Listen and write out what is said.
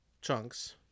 chunks